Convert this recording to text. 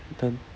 then